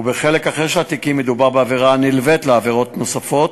ובחלק אחר של התיקים מדובר בעבירה הנלווית לעבירות נוספות,